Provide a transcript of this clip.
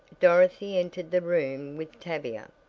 dorothy entered the room with tavia.